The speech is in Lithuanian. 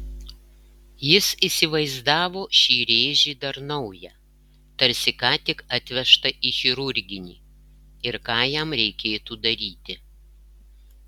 jis įsivaizdavo šį rėžį dar naują tarsi ką tik atvežtą į chirurginį ir ką jam reikėtų daryti